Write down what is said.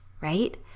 right